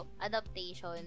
adaptation